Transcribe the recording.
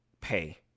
pay